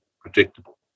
predictable